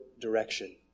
direction